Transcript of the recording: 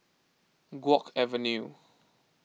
Guok Avenue